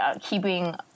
keeping